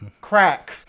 Crack